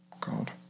God